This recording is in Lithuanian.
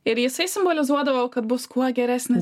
ir jisai simbolizuodavo kad bus kuo geresnis